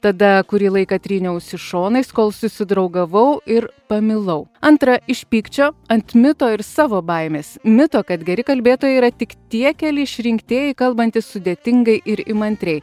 tada kurį laiką tryniausi šonais kol susidraugavau ir pamilau antrą iš pykčio ant mito ir savo baimės mito kad geri kalbėtojai yra tik tie keli išrinktieji kalbantys sudėtingai ir įmantriai